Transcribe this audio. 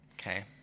Okay